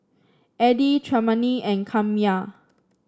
Eddy Tremaine and Kamryn